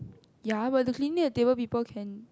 ya but the cleaning the table people can